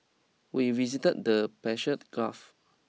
we visited the Persian Gulf